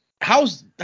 how's